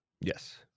yes